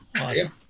Awesome